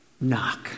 knock